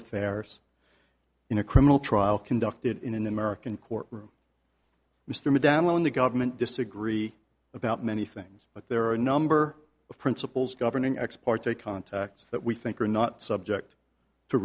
affairs in a criminal trial conducted in an american courtroom mr mcdaniel when the government disagree about many things but there are a number of principles governing ex parte contacts that we think are not subject to